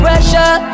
Pressure